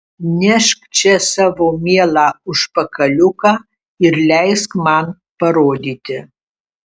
nešk čia savo mielą užpakaliuką ir leisk man parodyti